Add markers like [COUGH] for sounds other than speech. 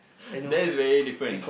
[BREATH] that's very different